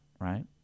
right